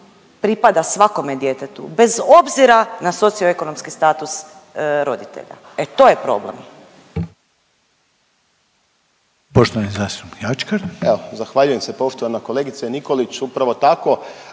pripada svakome djetetu bez obzira na socioekonomski status roditelja, e to je problem.